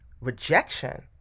rejection